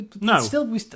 No